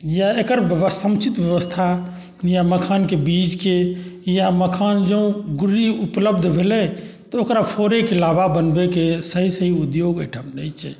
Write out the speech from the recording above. इएह एकर समुचित व्यवस्था या मखानके बीजके या मखान जँ गुर्री उपलब्ध भेलै तऽ ओकरा फोड़ैके लाबा बनबैके सही सही उद्योग एहिठाम नहि छै